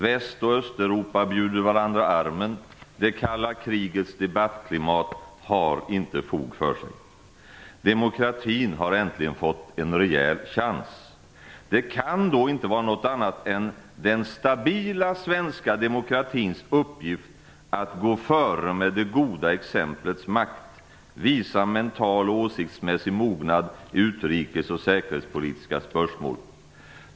Väst och Östeuropa bjuder varandra armen. Det kalla krigets debattklimat har inte fog för sig. Demokratin har äntligen fått en rejäl chans. Det kan då inte vara något annat än den stabila svenska demokratins uppgift att gå före med det goda exemplets makt och visa mental och åsiktsmässig mognad i utrikes och säkerhetspolitiska spörsmål.